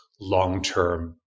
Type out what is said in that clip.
long-term